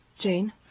Jane